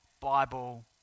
Bible